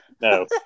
No